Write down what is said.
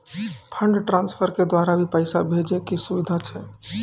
Fund transfer के द्वारा भी पैसा भेजै के सुविधा छै?